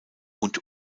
und